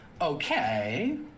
Okay